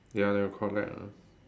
ya they will collect lah